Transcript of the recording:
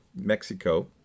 Mexico